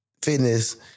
Fitness